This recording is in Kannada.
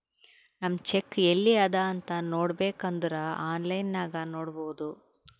ನಮ್ ಚೆಕ್ ಎಲ್ಲಿ ಅದಾ ಅಂತ್ ನೋಡಬೇಕ್ ಅಂದುರ್ ಆನ್ಲೈನ್ ನಾಗ್ ನೋಡ್ಬೋದು